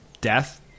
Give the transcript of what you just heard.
death